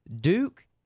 Duke